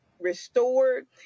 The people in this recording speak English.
restored